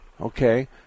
Okay